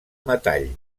metall